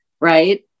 Right